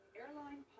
airline